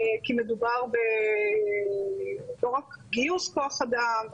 כי מדובר לא רק בגיוס כוח אדם,